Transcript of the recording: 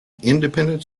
independent